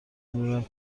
میرم